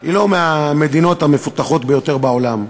היא לא מהמדינות המפותחות ביותר בעולם,